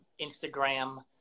Instagram